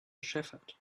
shepherd